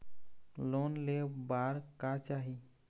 Loan ले बार का चाही?